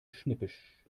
schnippisch